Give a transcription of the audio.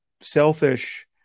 selfish